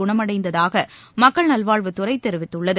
குணமடைந்ததாகமக்கள் நல்வாழ்வுத்துறைதெரிவித்துள்ளது